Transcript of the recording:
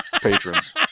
patrons